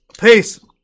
Peace